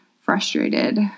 frustrated